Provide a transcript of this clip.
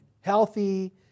healthy